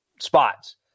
spots